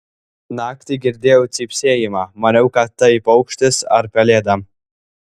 naktį girdėjau cypsėjimą maniau kad tai paukštis ar pelėda